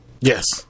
Yes